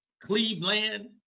Cleveland